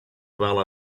well